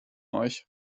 euch